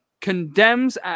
condemns